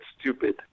stupid